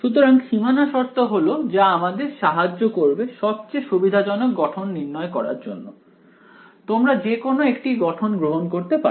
সুতরাং সীমানা শর্ত হলো যা আমাদের সাহায্য করবে সবচেয়ে সুবিধাজনক গঠন নির্ণয় করার জন্য তোমরা যে কোন একটি গঠন গ্রহণ করতে পারো